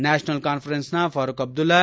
national ಕಾನ್ವರೆನ್ಸ್ನ ಫರೂಕ್ ಅಬ್ದುಲ್ಲಾ